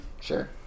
Sure